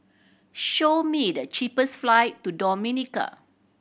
show me the cheapest flight to Dominica